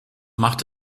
macht